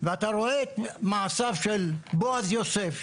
ואתה רואה את מעשיו של בועז יוסף,